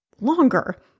longer